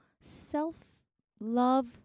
self-love